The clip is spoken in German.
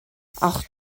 auch